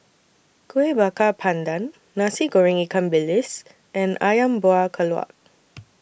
Kueh Bakar Pandan Nasi Goreng Ikan Bilis and Ayam Buah Keluak